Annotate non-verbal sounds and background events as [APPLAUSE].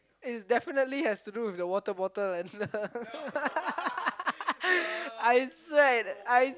is definitely has to do with the water bottle and the [LAUGHS] I swear it I